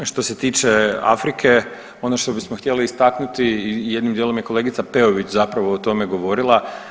Što se tiče Afrike, ono što bismo htjeli istaknuti jednim dijelom je kolegica Peović zapravo o tome govorila.